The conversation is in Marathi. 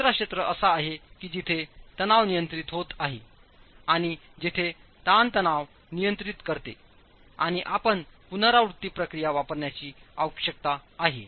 तिसरा क्षेत्र असा आहे की जिथे तणाव नियंत्रित होत आहे आणि जेथे ताणतणाव नियंत्रित करते आणि आपण पुनरावृत्ती प्रक्रिया वापरण्याची आवश्यकता आहे